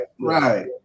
Right